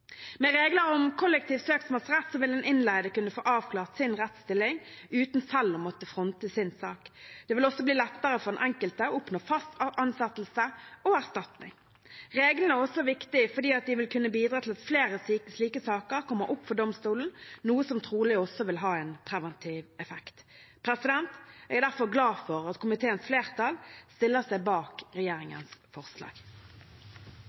Med regler om kollektiv søksmålsrett vil den innleide kunne få avklart sin rettsstilling uten selv å måtte fronte sin sak. Det vil også bli lettere for den enkelte å oppnå fast ansettelse og erstatning. Reglene er også viktige fordi de vil kunne bidra til at flere slike saker kommer opp for domstolen, noe som trolig også vil ha en preventiv effekt. Jeg er derfor glad for at komiteens flertall stiller seg bak